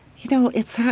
you know, it's hard,